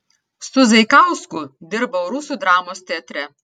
su zaikausku dirbau rusų dramos teatre